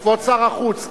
כבוד שר החוץ.